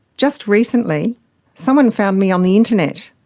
just recently someone found me on the internet,